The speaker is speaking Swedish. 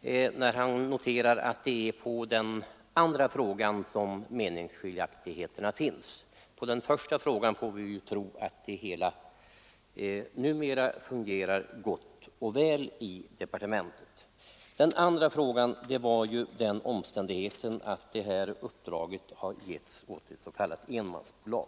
i Hamburgsund och av mig när han noterar att det är i den andra frågan som meningsskiljaktigheter finns. När det gäller den första frågan får vi tro på att det hela numera fungerar gott och väl i departementet. Den andra frågan gäller den omständigheten att det här uppdraget getts till ett s.k. enmansbolag.